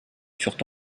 furent